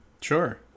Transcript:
Sure